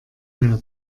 mehr